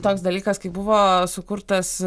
toks dalykas kai buvo sukurtas